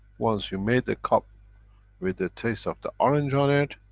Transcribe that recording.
once you made the cup with the taste of the orange on it,